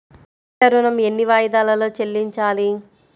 పంట ఋణం ఎన్ని వాయిదాలలో చెల్లించాలి?